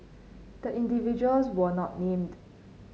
the individuals were not named